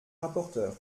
rapporteure